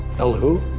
el who?